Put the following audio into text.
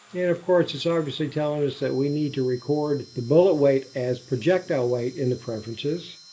and of course, it's obviously telling us that we need to record the bullet weight as projectile weight in the preferences.